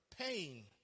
pain